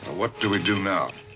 what do we do now?